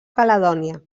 caledònia